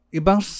ibang